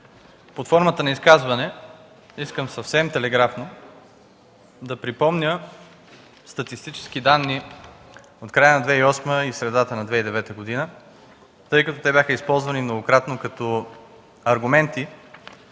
под формата на изказване искам съвсем телеграфно да припомня статистически данни от края на 2008 и средата на 2009 г., тъй като те бяха използвани многократно като аргументи